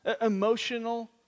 Emotional